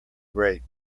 grate